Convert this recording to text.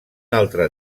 altre